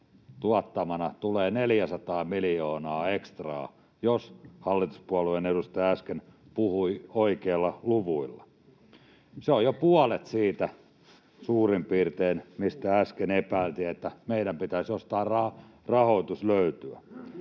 tuottamana tulee 400 miljoonaa ekstraa, jos hallituspuolueen edustaja äsken puhui oikeilla luvuilla. Se on jo puolet siitä, mistä äsken epäiltiin, että meidän pitäisi jostain rahoitus löytää.